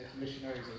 missionaries